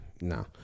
No